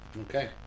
Okay